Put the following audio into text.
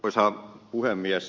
arvoisa puhemies